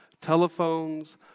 telephones